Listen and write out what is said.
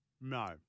No